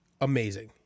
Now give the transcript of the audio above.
amazing